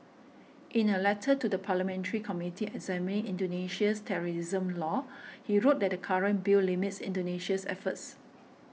in a letter to the parliamentary committee examining Indonesia's terrorism laws he wrote that the current bill limits Indonesia's efforts